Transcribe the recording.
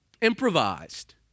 improvised